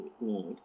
need